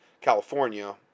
California